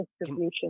distribution